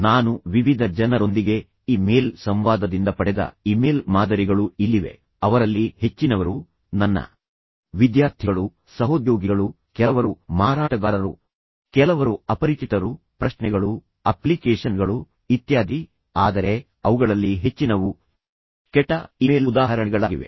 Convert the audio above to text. ನಾನು ವಿವಿಧ ಜನರೊಂದಿಗೆ ಇ ಮೇಲ್ ಸಂವಾದದಿಂದ ಪಡೆದ ಇಮೇಲ್ ಮಾದರಿಗಳು ಇಲ್ಲಿವೆ ಅವರಲ್ಲಿ ಹೆಚ್ಚಿನವರು ನನ್ನ ವಿದ್ಯಾರ್ಥಿಗಳು ಅವರಲ್ಲಿ ಕೆಲವರು ನನ್ನ ಸಹೋದ್ಯೋಗಿಗಳು ಅವರಲ್ಲಿ ಕೆಲವರು ಮಾರಾಟಗಾರರು ಅವರಲ್ಲಿ ಕೆಲವರು ಸಲಹೆಗಳನ್ನು ಕೇಳುವ ಅಪರಿಚಿತರು ಪ್ರಶ್ನೆಗಳು ಅಪ್ಲಿಕೇಶನ್ಗಳು ಇತ್ಯಾದಿ ಆದರೆ ಅವುಗಳಲ್ಲಿ ಹೆಚ್ಚಿನವು ಕೆಟ್ಟ ಇಮೇಲ್ ಉದಾಹರಣೆಗಳಾಗಿವೆ